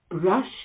brush